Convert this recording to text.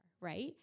right